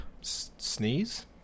Sneeze